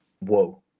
whoa